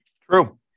True